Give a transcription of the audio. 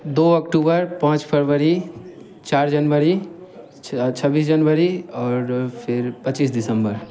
दो अक्टूबर पाँच फरवरी चार जनवरी छः छब्बीस जनवरी और फिर पच्चीस दिसम्बर